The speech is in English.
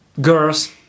girls